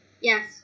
Yes